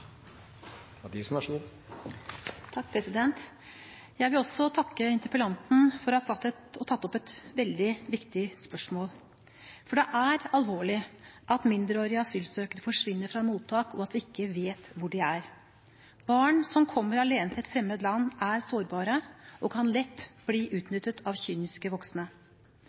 Jeg vil også takke interpellanten for å ha tatt opp et veldig viktig spørsmål. Det er alvorlig at mindreårige asylsøkere forsvinner fra mottak, og at vi ikke vet hvor de er. Barn som kommer alene til et fremmed land, er sårbare og kan lett bli utnyttet av kyniske voksne.